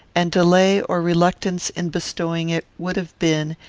and delay or reluctance in bestowing it would have been,